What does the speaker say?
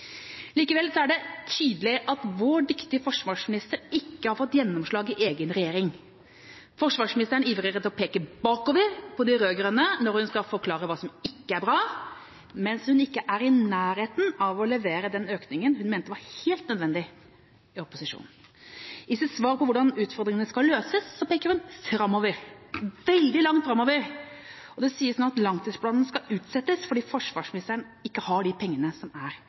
Likevel er det tydelig at vår dyktige forsvarsminister ikke har fått gjennomslag i egen regjering. Forsvarsministeren ivrer etter å peke bakover på de rød-grønne når hun skal forklare hva som ikke er bra, mens hun ikke er i nærheten av å levere den økningen hun i opposisjon mente var helt nødvendig. I sitt svar på hvordan utfordringene skal løses, peker hun framover – veldig langt framover – og det sies nå at langtidsplanen skal utsettes fordi forsvarsministeren ikke har de pengene som er